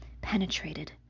penetrated